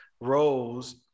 roles